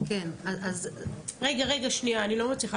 אני חולקת